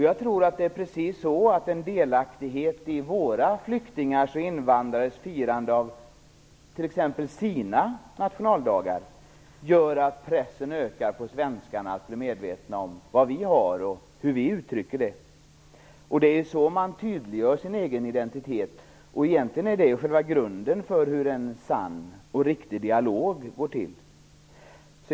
Jag tror att om vi svenskar är delaktiga i våra flyktingars och invandrares firande av sina nationaldagar, ökar pressen på oss att bli medvetna om vad vi har och hur vi uttrycker det. Det är så man tydliggör sin egen identitet. Egentligen är det själva grunden för hur en sann och riktig dialog går till.